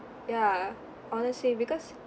ya honestly because